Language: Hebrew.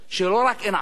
שלא רק אין ערכים,